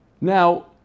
Now